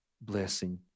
blessing